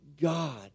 God